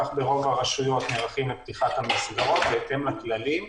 כך ברוב הרשויות נערכים לפתיחת המסגרות בהתאם לכללים.